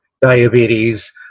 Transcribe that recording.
diabetes